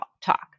talk